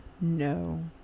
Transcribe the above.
No